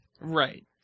Right